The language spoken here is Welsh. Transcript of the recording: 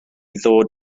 ddod